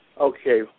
Okay